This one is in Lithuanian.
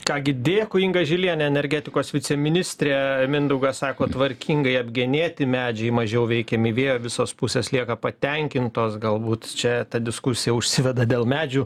ką gi dėkui inga žilienė energetikos viceministrė mindaugas sako tvarkingai apgenėti medžiai mažiau veikiami vėjo visos pusės lieka patenkintos galbūt čia ta diskusija užsiveda dėl medžių